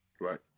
Right